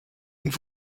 und